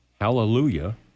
hallelujah